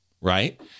right